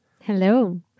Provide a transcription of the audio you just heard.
Hello